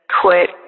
quit